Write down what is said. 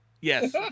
Yes